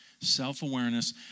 Self-awareness